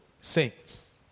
Saints